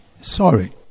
Sorry